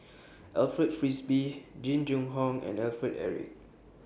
Alfred Frisby Jing Jun Hong and Alfred Eric